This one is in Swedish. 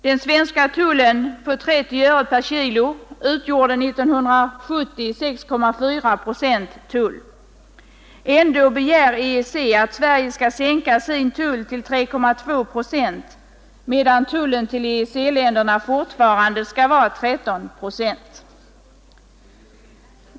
Den svenska tullen på 30 öre per kilogram motsvarade år 1970 6,4 procent. Ändå begär EEC att Sverige skall sänka sin tull till 3,2 procent medan tullen till EEC-länderna fortfarande skall vara 13 procent.